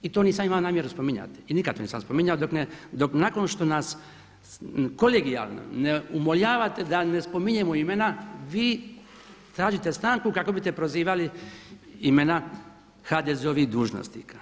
I to nisam imao namjeru spominjati i nikad nisam spominjao dok nakon što nas kolegijalno ne umoljavate da ne spominjemo imena, vi tražite stanku kako biste prozivali imena HDZ-ovih dužnosnika.